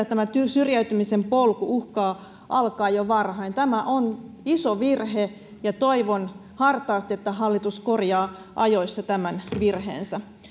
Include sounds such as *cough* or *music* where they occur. *unintelligible* tämä syrjäytymisen polku uhkaa alkaa jo varhain tämä on iso virhe ja toivon hartaasti että hallitus korjaa ajoissa tämän virheensä